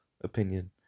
opinion